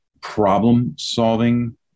problem-solving